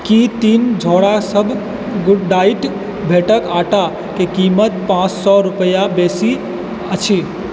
की तीन झोरासब good diet भेटके आटाके कीमत पाँचसँ रुपैआसँ बेसी अछि